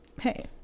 hey